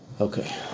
Okay